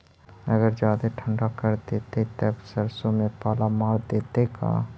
अगर जादे ठंडा कर देतै तब सरसों में पाला मार देतै का?